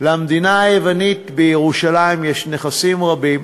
לכנסייה היוונית בירושלים יש נכסים רבים,